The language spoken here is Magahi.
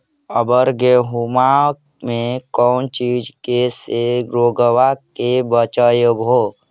अबर गेहुमा मे कौन चीज के से रोग्बा के बचयभो?